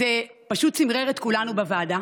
זה פשוט צמרר את כולנו בוועדה.